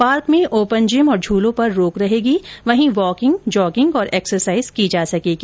park में open gym और झूलों पर रोक रहेगी वहीं वॉकिंग जोगिंग और एक्सरसाईज की जा सकेगी